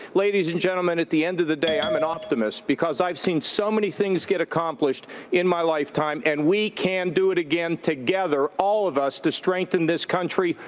ladies and gentlemen, at the end of the day, i'm an optimist because i've seen so many things get accomplished in my lifetime. and we can do it again together, all of us, to strengthen this country,